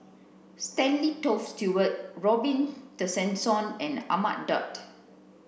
Stanley Toft Stewart Robin Tessensohn and Ahmad Daud